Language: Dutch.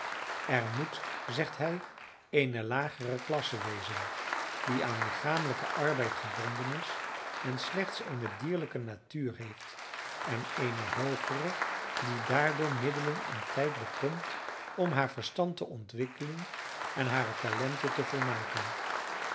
er moet zegt hij eene lagere klasse wezen die aan lichamelijken arbeid gebonden is en slechts eene dierlijke natuur heeft en eene hoogere die daardoor middelen en tijd bekomt om haar verstand te ontwikkelen en hare talenten te volmaken